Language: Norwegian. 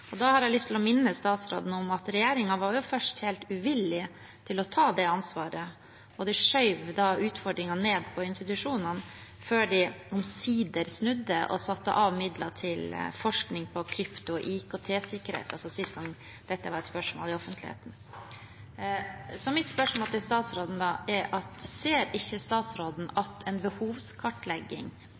Da har jeg lyst til å minne statsråden om at regjeringen først var helt uvillig til å ta det ansvaret. De skjøv utfordringene ned på institusjonene før de omsider snudde og satte av midler til forskning på krypto- og IKT-sikkerhet – altså sist gang dette var et spørsmål i offentligheten. Mitt spørsmål til statsråden er da: Ser ikke statsråden at en behovskartlegging